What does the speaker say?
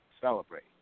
Celebrate